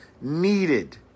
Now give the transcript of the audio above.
needed